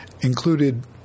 included